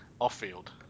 off-field